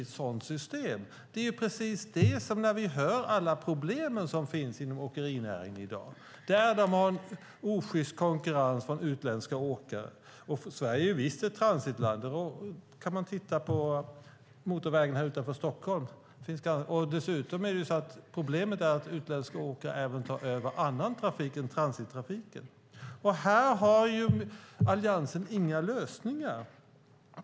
Ett sådant system handlar om avstånd, område och miljö. Åkerinäringen har i dag problem med osjyst konkurrens från utländska åkare, och Sverige är visst ett transitland. Titta bara på motorvägarna utanför Stockholm. Problemet är att utländska åkare även tar över annan trafik än transittrafiken. Här har Alliansen inga lösningar.